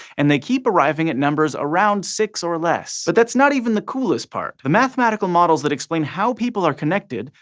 and they keep arriving at numbers around six or less. but that's not even the coolest part. the mathematical models that explain how people are connected,